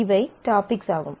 இவை டாபிக்ஸ் ஆகும்